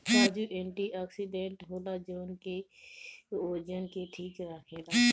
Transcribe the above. काजू एंटीओक्सिडेंट होला जवन की ओजन के ठीक राखेला